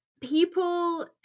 People